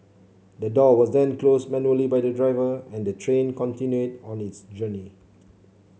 the door was then closed manually by the driver and the train continued on its journey